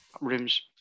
rooms